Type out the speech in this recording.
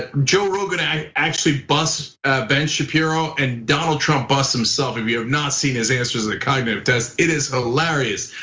ah joe rogan actually bust ben shapiro and donald trump bus himself. if you have not seen his answer as a cognitive test it is ah hilarious.